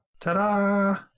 Ta-da